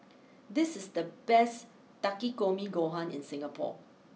this is the best Takikomi Gohan in Singapore